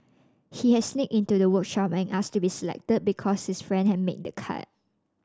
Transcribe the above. he had sneaked into the workshop and asked to be selected because his friend had made the cut